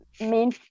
main